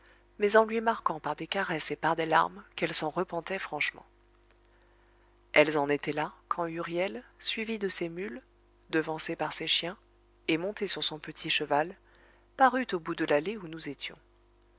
mais en lui marquant par des caresses et par des larmes qu'elle s'en repentait franchement elles en étaient là quand huriel suivi de ses mules devancé par ses chiens et monté sur son petit cheval parut au bout de l'allée où nous étions